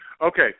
Okay